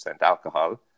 alcohol